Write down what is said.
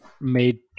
made